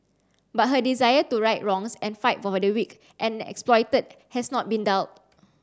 but her desire to right wrongs and fight for the weak and exploited has not been dulled